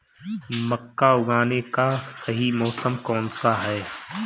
मक्का उगाने का सही मौसम कौनसा है?